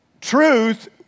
truth